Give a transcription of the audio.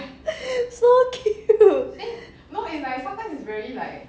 so cute